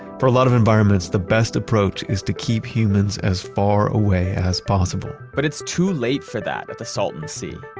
for a lot of environments, the best approach is to keep humans as far away as possible but it's too late for that at the salton sea.